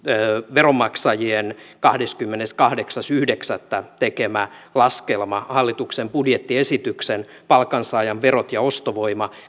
veronmaksajien kahdeskymmeneskahdeksas yhdeksättä tekemä laskelma hallituksen budjettiesityksestä palkansaajan verot ja ostovoima